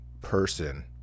person